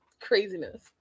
craziness